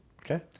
Okay